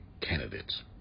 candidates